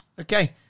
Okay